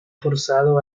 forzado